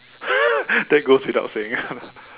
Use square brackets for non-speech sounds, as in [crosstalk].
[laughs] that goes without saying